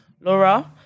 laura